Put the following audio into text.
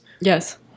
Yes